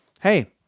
hey